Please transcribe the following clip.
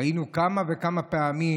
ראינו כמה וכמה פעמים